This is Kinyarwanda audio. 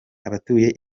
abatuye